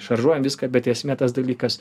šaržuojam viską bet esmė tas dalykas